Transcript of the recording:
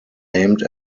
aimed